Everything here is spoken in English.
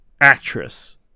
actress